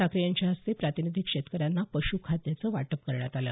ठाकरे यांच्या हस्ते प्रातिनिधिक शेतकऱ्यांना पश् खाद्य वाटप करण्यात आलं